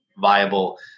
viable